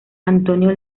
antonio